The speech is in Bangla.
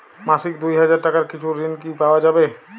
মাসিক দুই হাজার টাকার কিছু ঋণ কি পাওয়া যাবে?